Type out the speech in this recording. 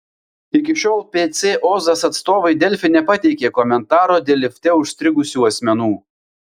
iki šiol pc ozas atstovai delfi nepateikė komentaro dėl lifte užstrigusių asmenų